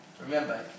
Remember